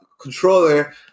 controller